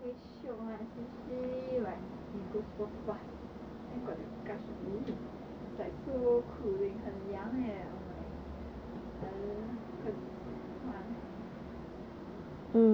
!aiya! night cycling very shiok what especially like if you go super fast then got the gush of wind it's like so cooling 很凉 leh oh my I lo~ 很喜欢